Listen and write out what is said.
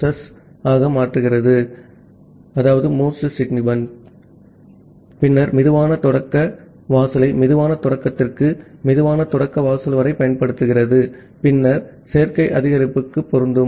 S ஆக மாற்றுகிறது பின்னர் சுலோ ஸ்டார்ட் வாசலை சுலோ ஸ்டார்ட் வாசல் வரை பயன்படுத்துகிறது பின்னர் சேர்க்கை அதிகரிப்புக்கு பொருந்தும்